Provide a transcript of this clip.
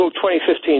2015